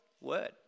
Word